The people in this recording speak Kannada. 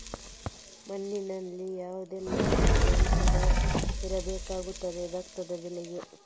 ಮಣ್ಣಿನಲ್ಲಿ ಯಾವುದೆಲ್ಲ ಖನಿಜ ಅಂಶ ಇರಬೇಕಾಗುತ್ತದೆ ಭತ್ತದ ಬೆಳೆಗೆ?